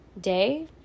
day